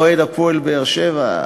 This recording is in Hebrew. אוהד "הפועל באר-שבע",